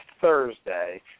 Thursday